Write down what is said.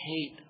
hate